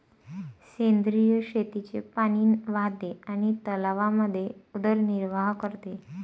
सेंद्रिय शेतीचे पाणी वाहते आणि तलावांमध्ये उदरनिर्वाह करते